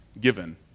given